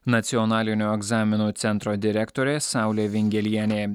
nacionalinio egzaminų centro direktorė saulė vingelienė